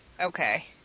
okay